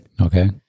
Okay